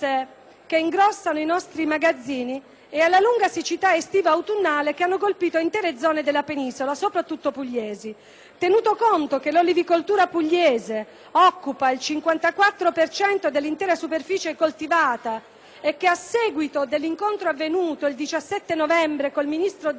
che ingrossano i nostri magazzini e alla lunga siccità estiva ed autunnale che ha colpito intere zone della penisola, soprattutto pugliesi. Tenuto conto che l'olivicoltura pugliese occupa il 54 per cento dell'intera superficie coltivata e che a seguito dell'incontro avvenuto il 17 novembre con il ministro Zaia